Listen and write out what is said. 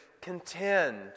contend